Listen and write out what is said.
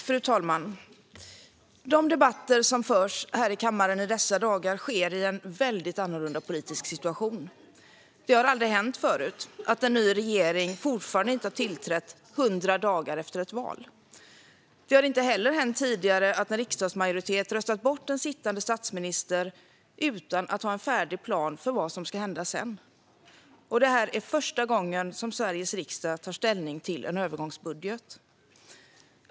Fru talman! De debatter som förs här i kammaren dessa dagar sker i en väldigt annorlunda politisk situation. Det har aldrig hänt förut att en ny regering fortfarande inte tillträtt hundra dagar efter ett val. Det har inte heller hänt tidigare att en riksdagsmajoritet röstat bort en sittande statsminister utan att ha en färdig plan för vad som ska hända sedan. Och det är första gången som Sveriges riksdag tar ställning till en övergångsbudget.